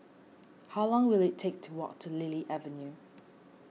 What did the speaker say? how long will it take to walk to Lily Avenue